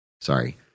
Sorry